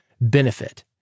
benefit